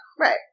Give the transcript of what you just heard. right